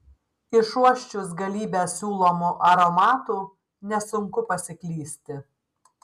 išuosčius galybę siūlomų aromatų nesunku pasiklysti